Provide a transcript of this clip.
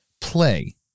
play